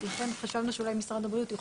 לכן חשבנו שאולי משרד הבריאות יכול